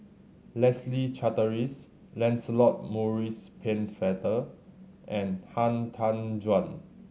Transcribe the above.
Leslie Charteris Lancelot Maurice Pennefather and Han Tan Juan